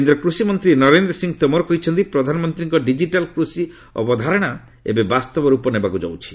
କେନ୍ଦ୍ର କୃଷିମନ୍ତ୍ରୀ ନରେନ୍ଦ୍ର ସିଂହ ତୋମର କହିଛନ୍ତି ପ୍ରଧାନମନ୍ତ୍ରୀଙ୍କ ଡିଜିଟାଲ୍ କୃଷି ଅବଧାରଣା ଏବେ ବାସ୍ତବ ର୍ଚ୍ଚପ ନେବାକୁ ଯାଉଛି